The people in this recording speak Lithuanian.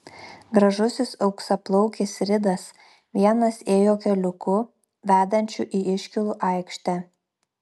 gražusis auksaplaukis ridas vienas ėjo keliuku vedančiu į iškylų aikštę